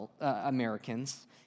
Americans